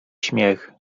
śmiech